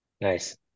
nice